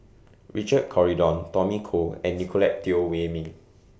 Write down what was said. Richard Corridon Tommy Koh and Nicolette Teo Wei Min